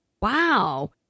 wow